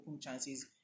chances